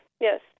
Yes